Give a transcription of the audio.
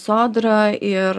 sodra ir